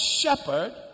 shepherd